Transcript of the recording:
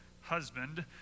husband